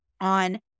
on